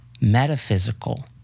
metaphysical